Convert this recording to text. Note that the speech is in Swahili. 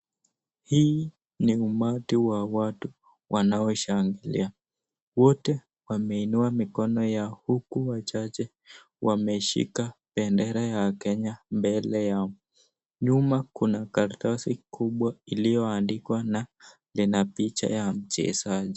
Hii ni umati wa watu wanao shangilia. Wote wameinua mikono yao huku wachache wameshika bendera ya Kenya mbele yao. Nyuma kuna karatasi kubwa iliyoandikwa na lina picha ya mchezaji.